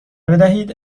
بدهید